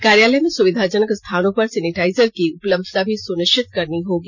कार्यालय में सुविधाजनक स्थानों पर सैनिटाइजर की उपलब्धता भी सुनिश्चित करनी होगी